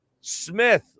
Smith